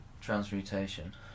transmutation